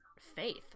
faith